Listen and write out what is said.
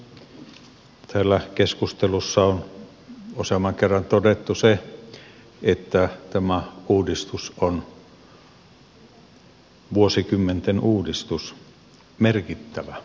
täällä keskustelussa on useamman kerran todettu se että tämä uudistus on vuosikymmenten uudistus merkittävä asia